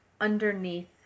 underneath